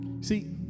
See